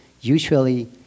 usually